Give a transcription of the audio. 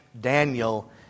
Daniel